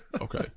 Okay